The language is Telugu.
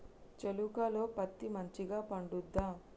చేలుక లో పత్తి మంచిగా పండుద్దా?